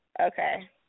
Okay